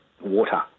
water